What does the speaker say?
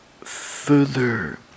further